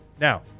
Now